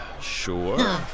sure